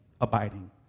abiding